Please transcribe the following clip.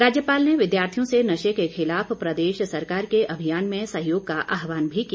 राज्यपाल ने विद्यार्थियों से नशे के खिलाफ प्रदेश सरकार के अभियान में सहयोग का आहवान भी किया